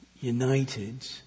united